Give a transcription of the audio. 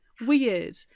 Weird